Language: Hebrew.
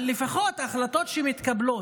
אבל לפחות ההחלטות שמתקבלות,